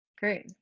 Great